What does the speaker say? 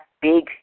big